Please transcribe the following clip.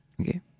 Okay